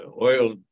oil